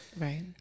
Right